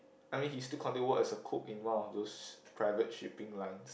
I mean he still continued to work as a cook in one of those private shipping line